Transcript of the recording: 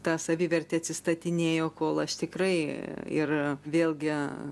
ta savivertė atsistatinėjo kol aš tikrai ir vėlgi